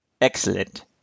Excellent